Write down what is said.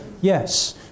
Yes